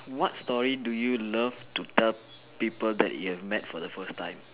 what story do you love to tell people that you met for the first time